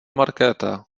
markéta